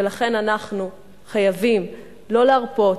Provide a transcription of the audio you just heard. ולכן אנחנו חייבים לא להרפות,